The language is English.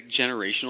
generational